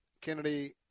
Kennedy